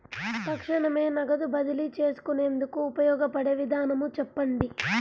తక్షణమే నగదు బదిలీ చేసుకునేందుకు ఉపయోగపడే విధానము చెప్పండి?